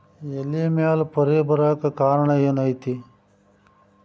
ಎಲೆ ಮ್ಯಾಲ್ ಪೊರೆ ಬರಾಕ್ ಕಾರಣ ಏನು ಐತಿ?